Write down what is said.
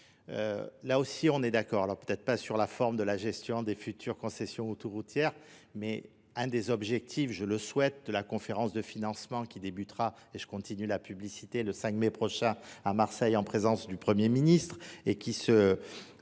Là aussi on est d'accord, alors peut-être pas sur la forme de la gestion des futures concessions autoroutières, mais un des objectifs, je le souhaite, de la conférence de financement qui débutera, et je continue la publicité, le 5 mai prochain à Marseille en présence du Premier Ministre et qui se